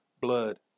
blood